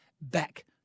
back